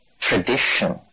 tradition